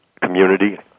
community